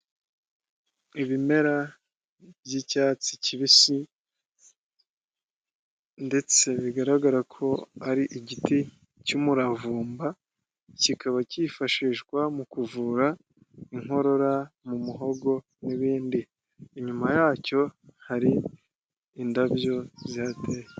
Ibimera by'icyatsi kibisi, ndetse bigaragara ko ari igiti cy'umuravumba, kikaba cyifashishwa mu kuvura inkorora mu muhogo n'ibindi, inyuma yacyo hari indabyo zihateye.